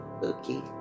Okay